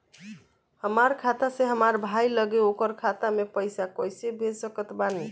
हमार खाता से हमार भाई लगे ओकर खाता मे पईसा कईसे भेज सकत बानी?